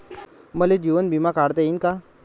मले जीवन बिमा काढता येईन का?